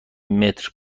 متر